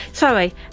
Sorry